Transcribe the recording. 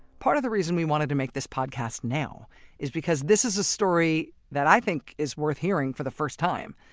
part of the reason we wanted to make this podcast now is because this is a story that i think is worth hearing for the first time,